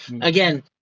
again